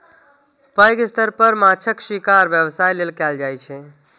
पैघ स्तर पर माछक शिकार व्यवसाय लेल कैल जाइ छै